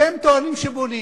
אתם טוענים שבונים.